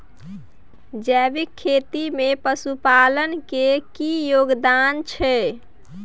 जैविक खेती में पशुपालन के की योगदान छै?